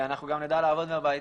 ואנחנו גם נדע לעבוד מהבית,